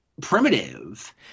primitive